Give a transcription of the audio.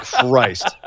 Christ